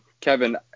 Kevin –